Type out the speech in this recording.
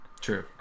True